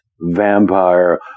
vampire